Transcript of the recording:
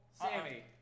Sammy